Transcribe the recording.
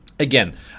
Again